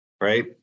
right